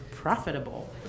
Profitable